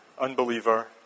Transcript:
unbeliever